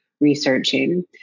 researching